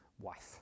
wife